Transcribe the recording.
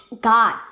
God